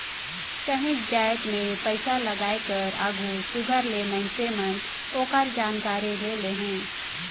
काहींच जाएत में पइसालगाए कर आघु सुग्घर ले मइनसे मन ओकर जानकारी ले लेहें